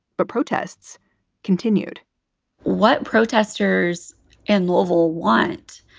but protests continued what protesters and lowville want